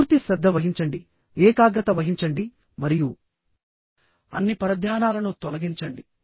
పూర్తి శ్రద్ధ వహించండి ఏకాగ్రత వహించండి మరియు అన్ని పరధ్యానాలను తొలగించండి